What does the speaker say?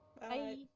Bye